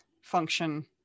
function